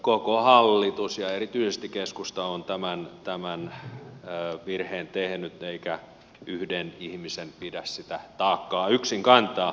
koko hallitus ja erityisesti keskusta on tämän virheen tehnyt eikä yhden ihmisen pidä sitä taakkaa yksin kantaa